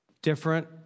Different